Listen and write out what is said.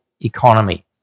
economy